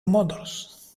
motors